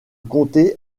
comté